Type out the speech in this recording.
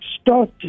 start